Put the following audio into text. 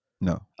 No